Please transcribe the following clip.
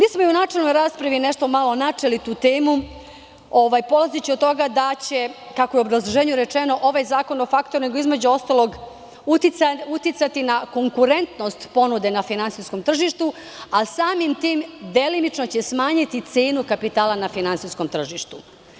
I u načelnoj raspravi smo nešto malo načeli tu temu, polazeći od toga da će, kako je i u obrazloženju rečeno, ovaj zakon o faktoringu, između ostalog, uticati na konkurentnost ponude na finansijskom tržištu, a samim tim će delimično smanjiti cenu kapitala na finansijskom tržištu.